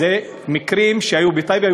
על מקרים שהיו בטייבה,